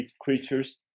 creatures